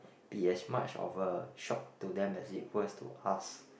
be as much of a shop to them as equals to us